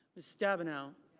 miss stabenow.